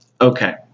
okay